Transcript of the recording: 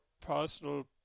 personal